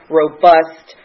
robust